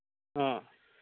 অঁ